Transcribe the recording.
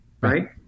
Right